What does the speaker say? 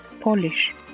Polish